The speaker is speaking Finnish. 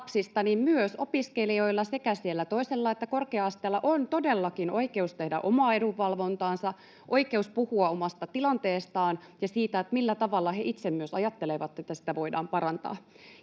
myös opiskelijoilla sekä siellä toisella että korkea-asteella on todellakin oikeus tehdä omaa edunvalvontaansa sekä oikeus puhua omasta tilanteestaan ja siitä, millä tavalla he itse myös ajattelevat, että sitä voidaan parantaa.